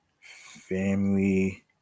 family